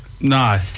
No